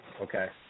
Okay